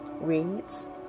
reads